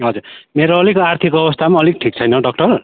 हजुर मेरो अलिक आर्थिक अवस्था पनि अलिक ठिक छैन डाक्टर